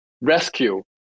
rescue